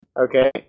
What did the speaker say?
okay